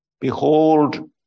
Behold